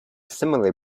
similar